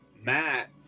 matt